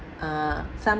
uh some